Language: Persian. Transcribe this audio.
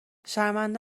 شرمنده